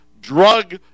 drug